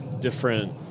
different